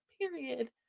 period